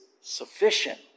sufficient